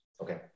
Okay